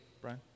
Brian